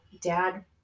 dad